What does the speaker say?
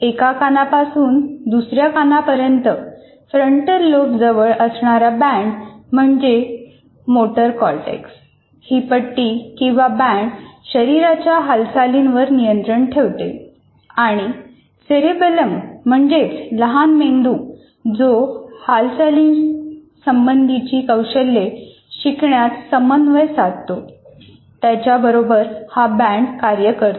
एका कानापासून दुसऱ्या कानापर्यंत फ्रंटल लोब जवळ असणारा बँड म्हणजे मोटर कॉर्टेक्स ही पट्टी किंवा बँड शरीराच्या हालचालींवर नियंत्रण ठेवते आणि सेरेबेलम म्हणजेच लहान मेंदू जो हालचालींसंबंधीची कौशल्ये शिकण्यात समन्वय साधतो त्याच्याबरोबर हा बँड कार्य करतो